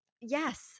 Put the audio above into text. Yes